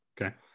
Okay